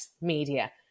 media